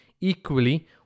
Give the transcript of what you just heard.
equally